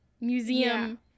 museum